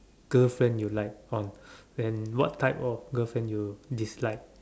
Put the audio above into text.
girlfriend you like on and what type of girlfriend you dislike